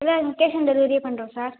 இல்லை லொக்கேஷன் டெலிவரியே பண்ணுறோம் சார்